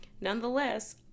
Nonetheless